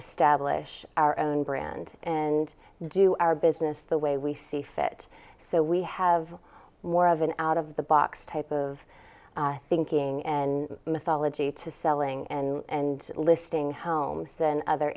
establish our own brand and do our business the way we see fit so we have more of an out of the box type of thinking and mythology to selling and listing homes than other